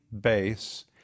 base